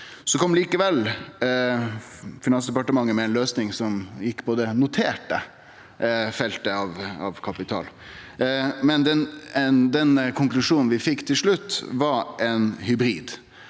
kom Finansdepartementet med ei løysing som handla om det noterte feltet av kapital. Den konklusjonen vi fekk til slutt, var ein hybrid.